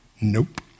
Nope